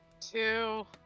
two